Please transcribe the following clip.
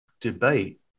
debate